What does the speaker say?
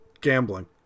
gambling